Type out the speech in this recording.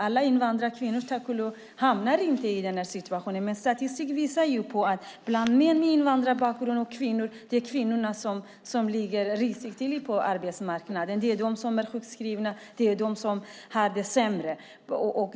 Alla invandrarkvinnor hamnar, tack och lov, inte i den här situationen. Men statistik visar på att det bland män och kvinnor med invandrarbakgrund är kvinnorna som ligger risigt till på arbetsmarknaden. Det är de som är sjukskrivna. Det är de som har det sämre.